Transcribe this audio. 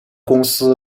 公司